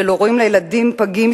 של הורים לילדים פגים,